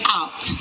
out